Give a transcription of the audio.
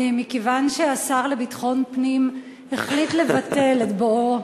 מכיוון שהשר לביטחון פנים החליט לבטל את בואו